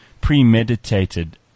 premeditated